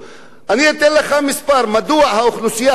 אני אתן לך מספר: מדוע האוכלוסייה האתיופית,